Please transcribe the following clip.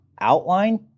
outline